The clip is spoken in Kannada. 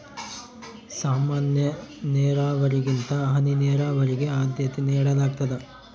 ಸಾಮಾನ್ಯ ನೇರಾವರಿಗಿಂತ ಹನಿ ನೇರಾವರಿಗೆ ಆದ್ಯತೆ ನೇಡಲಾಗ್ತದ